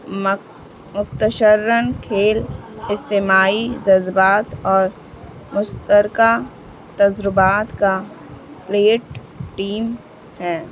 م مکتشرً کھیل استماعی جذبات اور مستترکہ تجربات کا پلیٹ ٹیم ہے